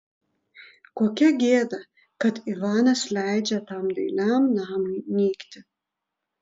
kokia gėda kad ivanas leidžia tam dailiam namui nykti